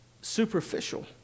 superficial